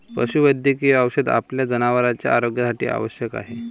पशुवैद्यकीय औषध आपल्या जनावरांच्या आरोग्यासाठी आवश्यक आहे